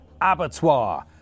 abattoir